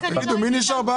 מי נשאר בארץ?